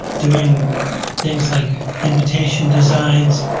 doing things like invitation designs,